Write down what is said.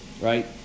Right